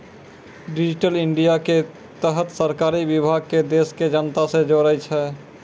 digital India के तहत सरकारी विभाग के देश के जनता से जोड़ै छै